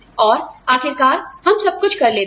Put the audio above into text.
और आखिरकार हम सब कुछ कर लेते हैं